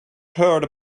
heard